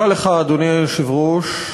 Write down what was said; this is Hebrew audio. אדוני היושב-ראש,